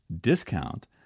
discount